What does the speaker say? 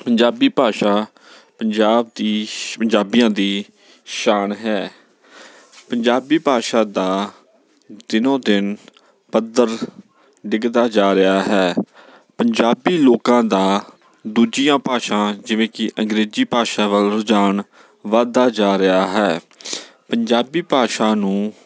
ਪੰਜਾਬੀ ਭਾਸ਼ਾ ਪੰਜਾਬ ਦੀ ਪੰਜਾਬੀਆਂ ਦੀ ਸ਼ਾਨ ਹੈ ਪੰਜਾਬੀ ਭਾਸ਼ਾ ਦਾ ਦਿਨੋਂ ਦਿਨ ਪੱਧਰ ਡਿੱਗਦਾ ਜਾ ਰਿਹਾ ਹੈ ਪੰਜਾਬੀ ਲੋਕਾਂ ਦਾ ਦੂਜੀਆਂ ਭਾਸ਼ਾ ਜਿਵੇਂ ਕਿ ਅੰਗਰੇਜ਼ੀ ਭਾਸ਼ਾ ਵੱਲ ਰੁਝਾਨ ਵੱਧਦਾ ਜਾ ਰਿਹਾ ਹੈ ਪੰਜਾਬੀ ਭਾਸ਼ਾ ਨੂੰ